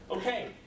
Okay